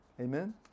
Amen